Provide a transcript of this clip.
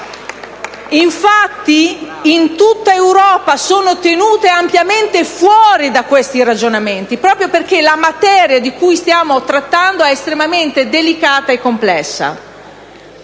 Infatti in tutta Europa sono tenute ampiamente fuori da questi ragionamenti, proprio perché la materia di cui stiamo trattando è estremamente delicata e complessa.